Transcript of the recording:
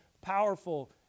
powerful